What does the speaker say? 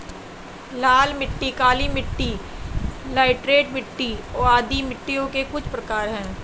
लाल मिट्टी, काली मिटटी, लैटराइट मिट्टी आदि मिट्टियों के कुछ प्रकार है